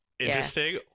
interesting